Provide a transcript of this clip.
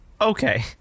okay